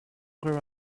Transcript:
girl